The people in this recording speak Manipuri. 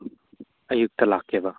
ꯑꯌꯨꯛꯇ ꯂꯥꯛꯀꯦꯕ